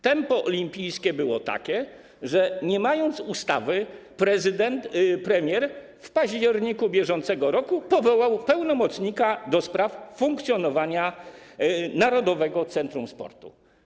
Tempo olimpijskie było takie, że nie mając ustawy, premier w październiku br. powołał pełnomocnika do spraw funkcjonowania Narodowego Centrum Sportu.